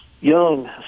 young